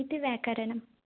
इति व्याकरणम्